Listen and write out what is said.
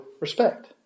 respect